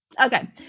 Okay